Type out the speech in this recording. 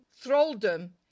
thraldom